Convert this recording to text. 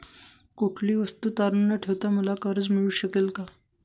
कुठलीही वस्तू तारण न ठेवता मला कर्ज मिळू शकते का?